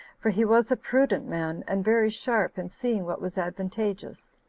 for he was a prudent man, and very sharp in seeing what was advantageous.